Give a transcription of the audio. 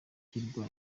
kirwa